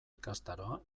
ikastaroa